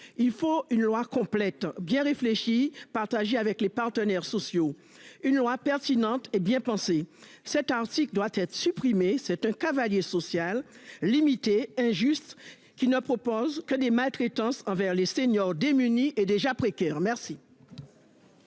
Il faut une loi complète bien réfléchi partager avec les partenaires sociaux une loi-pertinente et bien pensé. Cet article doit être supprimé c'est un cavalier social limité injuste qui ne propose que des maltraitances envers les seniors démunis et déjà précaire. Merci.